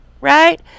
Right